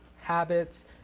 habits